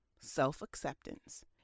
self-acceptance